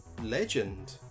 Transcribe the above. legend